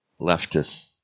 leftists